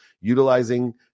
utilizing